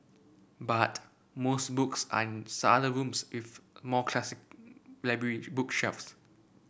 but most books are in rooms with more classic library bookshelves